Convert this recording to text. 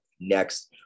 Next